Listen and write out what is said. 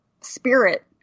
spirit